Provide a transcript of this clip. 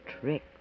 trick